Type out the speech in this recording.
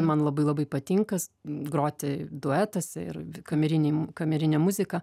man labai labai patinka groti duetuose ir kamerinį kamerinę muziką